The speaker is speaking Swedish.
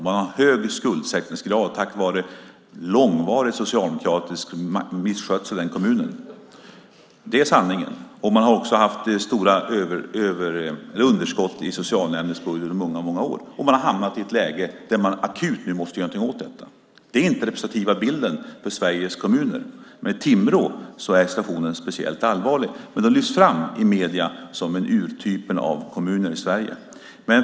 Man har hög skuldsättningsgrad på grund av långvarig socialdemokratisk misskötsel. Det är sanningen. Man har i många år också haft stora underskott i socialnämndens budget. Nu har man hamnat i ett läge där man akut måste göra något åt detta. Det här är inte representativt för Sveriges kommuner. Timrås situation är speciell, men den lyfts fram i medierna som ett typexempel.